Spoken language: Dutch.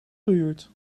gehuurd